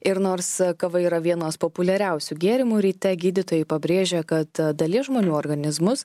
ir nors kava yra vienas populiariausių gėrimų ryte gydytojai pabrėžia kad dalies žmonių organizmus